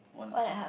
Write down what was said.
one and the half